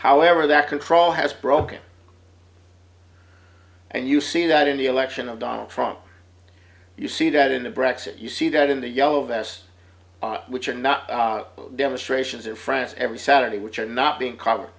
however that control has broken and you see that in the election of donald trump you see that in the brecht's it you see that in the yellow vests which are now demonstrations in france every saturday which are not being covered